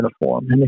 uniform